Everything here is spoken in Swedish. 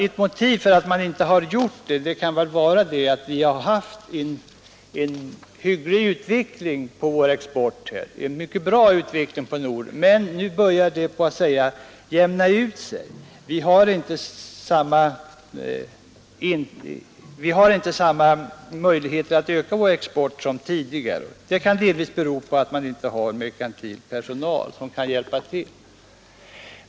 Ett motiv för att man inte har gjort det kan väl vara att vi har haft en mycket bra utveckling av vår export. Men nu börjar det jämna ut sig. Vi har inte samma möjligheter som tidigare att öka vår export. Det kan delvis bero på att man inte har merkantil personal som kan hjälpa till.